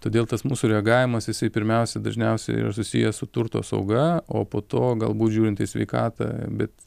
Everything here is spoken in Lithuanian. todėl tas mūsų reagavimas jisai pirmiausia dažniausiai susijęs su turto apsauga o po to galbūt žiūrint į sveikatą bet